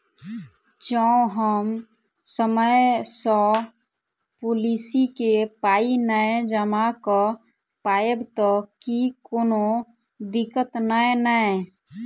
जँ हम समय सअ पोलिसी केँ पाई नै जमा कऽ पायब तऽ की कोनो दिक्कत नै नै?